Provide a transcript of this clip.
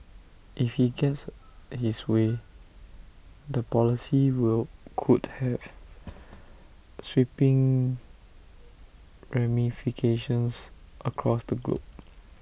if he gets his way the policy will could have sweeping ramifications across the globe